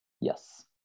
Yes